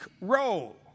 role